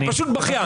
אתה פשוט בכיין.